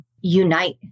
unite